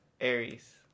Aries